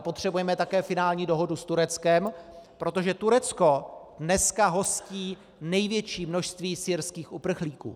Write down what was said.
Potřebujeme ale také finální dohodu s Tureckem, protože Turecko dneska hostí největší množství syrských uprchlíků.